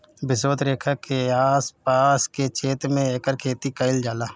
विषवत रेखा के आस पास के क्षेत्र में एकर खेती कईल जाला